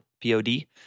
P-O-D